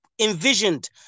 envisioned